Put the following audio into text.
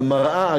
וזה מראה,